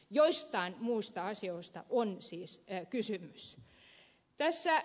joistain muista asioista on siis kysymys